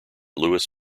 louis